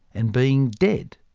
and being dead.